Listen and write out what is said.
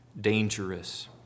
dangerous